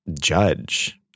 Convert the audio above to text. judge